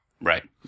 Right